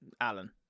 Alan